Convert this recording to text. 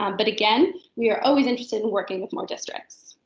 um but again, we are always interested in working with more districts.